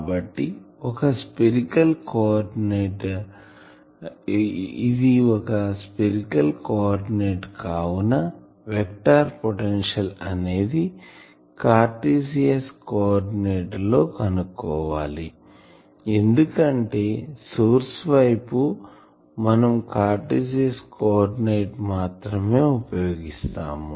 కాబట్టి ఇది ఒక స్పెరికల్ కోఆర్డినేట్ కావున వెక్టార్ పొటెన్షియల్ అనేది కార్టీసియన్ కో ఆర్డినేట్ లో కనుక్కోవాలి ఎందుకంటే సోర్స్ వైపు మనం కార్టీసియన్ కో ఆర్డినేట్ ని మాత్రమే ఉపయోగిస్తాము